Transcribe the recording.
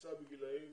נמצא בגילאים